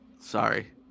Sorry